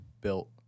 built